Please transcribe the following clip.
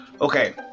okay